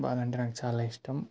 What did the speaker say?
వాళ్ళు అంటే నాకు చాలా ఇష్టం